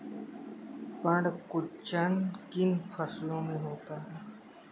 पर्ण कुंचन किन फसलों में होता है?